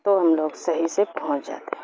تو ہم لوگ صحیح سے پہنچ جاتے ہیں